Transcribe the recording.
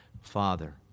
Father